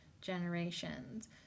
generations